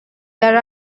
there